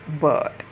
bird